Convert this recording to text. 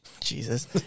Jesus